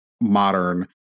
modern